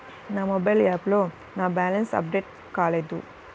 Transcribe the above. నా మొబైల్ యాప్లో నా బ్యాలెన్స్ అప్డేట్ కాలేదు